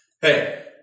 Hey